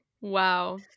Wow